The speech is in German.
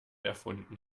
erfunden